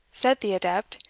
said the adept,